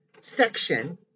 section